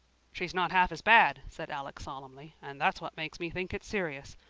she's not half as bad, said alec solemnly, and that's what makes me think it's serious.